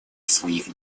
своих